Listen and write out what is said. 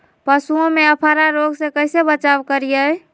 पशुओं में अफारा रोग से कैसे बचाव करिये?